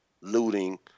looting